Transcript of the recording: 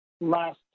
last